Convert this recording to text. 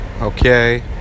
Okay